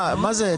מה זה?